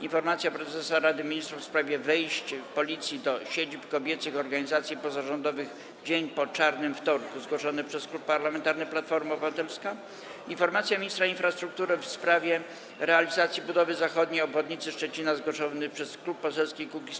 Informacja prezesa Rady Ministrów w sprawie wejść policji do siedzib kobiecych organizacji pozarządowych dzień po „czarnym wtorku”, zgłoszony przez Klub Parlamentarny Platforma Obywatelska, - Informacja ministra infrastruktury w sprawie realizacji budowy zachodniej obwodnicy Szczecina, zgłoszony przez Klub Poselski Kukiz’15,